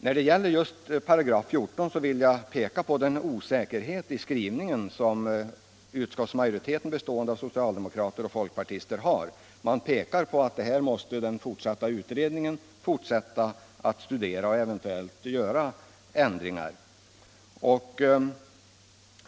När det gäller just 14§ vill jag peka på en osäkerhet i skrivningen som utskottsmajoriteten , bestående av socialdemokrater och folkpartister, har gett uttryck åt. De framhåller att den pågående utredningen måste fortsätta att studera dessa frågor och eventuellt göra ändringar.